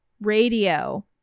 radio